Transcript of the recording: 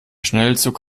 schnellzug